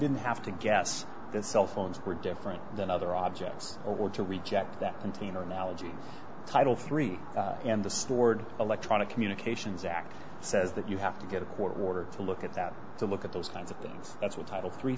didn't have to guess that cell phones were different than other objects or to reject that container analogy title three and the stored electronic communications act says that you have to get a court order to look at that to look at those kinds of things that's what title three